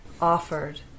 offered